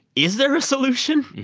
is there a solution?